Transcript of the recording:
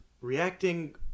reacting